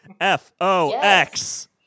F-O-X